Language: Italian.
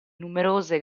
numerose